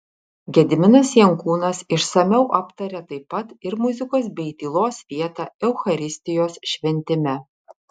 gediminas jankūnas išsamiau aptaria taip pat ir muzikos bei tylos vietą eucharistijos šventime